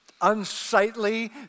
unsightly